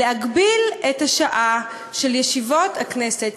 להגביל את השעה של ישיבות הכנסת,